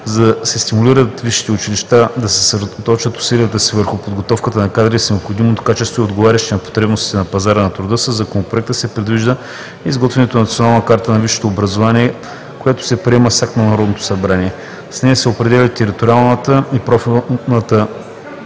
За да се стимулират висшите училища да съсредоточат усилията си върху подготовката на кадри с необходимото качество и отговарящи на потребностите на пазара на труда, със Законопроекта се предвижда изготвянето на Национална карта на висшето образование, която се приема с акт на Народното събрание. С нея се определят териториалната и профилната